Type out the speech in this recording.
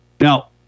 Now